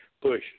push